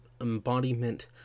embodiment